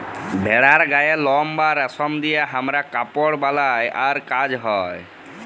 ভেড়ার গায়ের লম বা রেশম দিয়ে হামরা কাপড় বালাই আর কাজ হ্য়